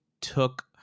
took